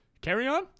carry-on